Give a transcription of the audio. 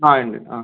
ആ ഉണ്ട് ആ